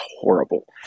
horrible